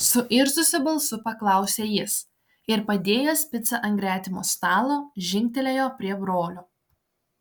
suirzusiu balsu paklausė jis ir padėjęs picą ant gretimo stalo žingtelėjo prie brolio